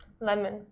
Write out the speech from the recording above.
Lemon